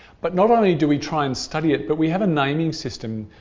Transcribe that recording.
but not only do we try and study it, but we have a naming system